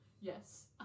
Yes